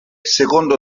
secondo